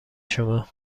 شما